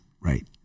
Right